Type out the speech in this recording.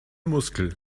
muskel